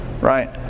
right